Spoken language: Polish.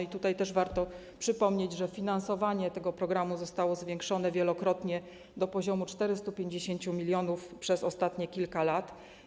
I tutaj też warto przypomnieć, że finansowanie tego programu zostało zwiększane wielokrotnie do poziomu 450 mln przez ostatnie kilka lat.